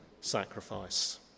sacrifice